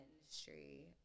industry